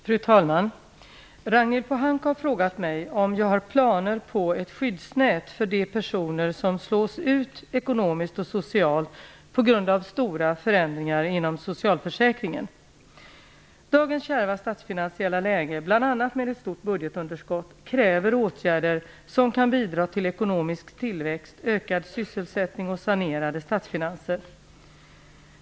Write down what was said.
Fru talman! Ragnhild Pohanka har frågat mig om jag har planer på ett skyddsnät för de personer som slås ut ekonomiskt och socialt på grund av stora förändringar inom socialförsäkringen. Dagens kärva statsfinansiella läge, bl.a. med ett stort budgetunderskott, kräver åtgärder som kan bidra till ekonomisk tillväxt, ökad sysselsättning och sanerade statsfinanser.